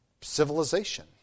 civilization